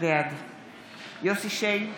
בעד יוסף שיין,